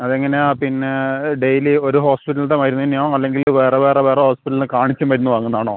അതെങ്ങനെയാണ് പിന്നെ ഡെയിലി ഒരു ഹോസ്പിറ്റലിലത്തെ മരുന്ന് തന്നെയോ അല്ലെങ്കിൽ വേറെ വേറെ വേറെ ഹോസ്പിറ്റലിൽ നിന്ന് കാണിച്ച് മരുന്ന് വാങ്ങുന്നത് ആണോ